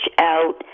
out